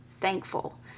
thankful